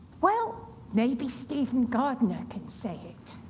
well maybe stephen gardiner can say it.